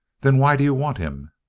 then why do you want him?